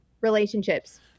Relationships